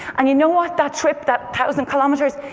and you know what, that trip, that thousand kilometers,